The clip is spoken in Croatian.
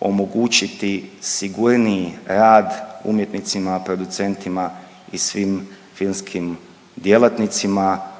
omogućiti sigurniji rad umjetnicima, producentima i svim filmskim djelatnicima.